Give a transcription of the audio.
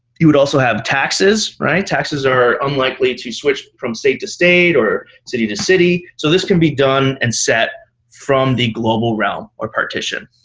you would also have taxes. taxes are unlikely to switch from state to state or city to city. so this can be done and set from the global realm or partition.